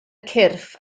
cyrff